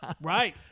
right